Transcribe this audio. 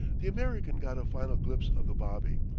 the american got a final glimpse of the bobby,